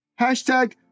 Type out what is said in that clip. Hashtag